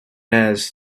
has